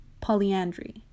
polyandry